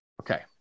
Okay